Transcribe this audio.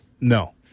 no